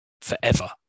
forever